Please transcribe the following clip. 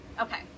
Okay